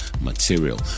material